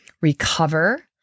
recover